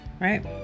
right